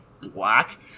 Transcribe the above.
black